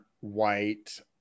white